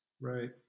right